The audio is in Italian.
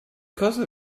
cosa